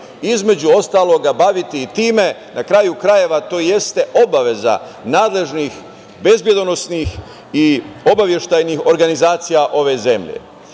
između ostalog baviti i time. Na kraju krajeva, to jeste obaveza nadležnih bezbedonosnih i obaveštajnih organizacija ove zemlje. To